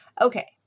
Okay